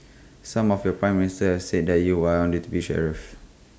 some of your Prime Ministers said that you are deputy sheriff